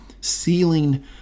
ceiling